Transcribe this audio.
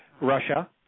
Russia